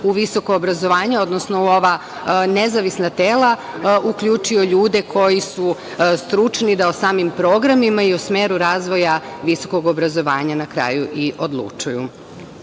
u visoko obrazovanje, odnosno u ova nezavisna tela, uključio ljude koji su stručni da o samim programima i o smeru razvoja visokog obrazovanja na kraju i odlučuju. Složićete